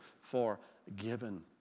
forgiven